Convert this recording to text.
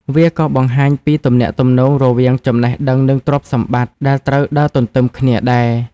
វាក៏បង្ហាញពីទំនាក់ទំនងរវាង ចំណេះដឹង និងទ្រព្យសម្បត្តិ ដែលត្រូវដើរទន្ទឹមគ្នាដែរ។